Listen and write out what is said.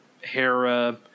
Hera